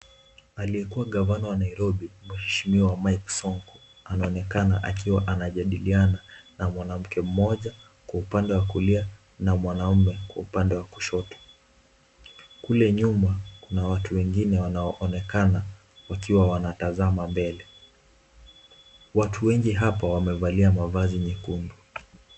Aliyekuwa ngavana wa Nairobi, mheshimiwa Mike Sonko anaonekana akiwa anajadiliana na mwanamke mmoja upande wa kulia na mwanamume kwa upande wa kushoto, kule nyuma kuna watu wengine ambao wanaonekana wakiwa wanatazama mbele, watu wengi hapa wamevalia mavazi mekundu.